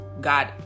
God